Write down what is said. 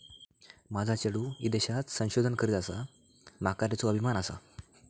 माझा चेडू ईदेशात संशोधन करता आसा, माका त्येचो अभिमान आसा